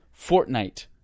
Fortnite